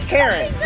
Karen